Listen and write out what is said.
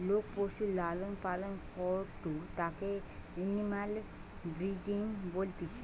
লোক পশুর লালন পালন করাঢু তাকে এনিম্যাল ব্রিডিং বলতিছে